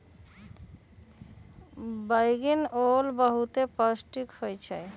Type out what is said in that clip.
बइगनि ओल बहुते पौष्टिक होइ छइ